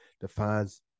defines